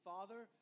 Father